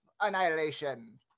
Annihilation